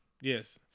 Yes